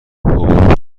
حقوق